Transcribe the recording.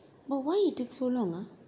but why it take so long ah